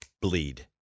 bleed